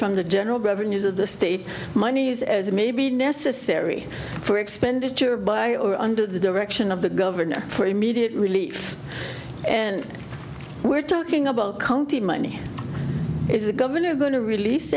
from the general revenues of the state monies as it may be necessary for expenditure by or under the direction of the governor for immediate relief and we're talking about county money is the governor going to release